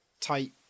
tight